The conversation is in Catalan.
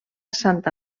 santa